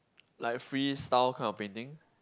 like freestyle kind of painting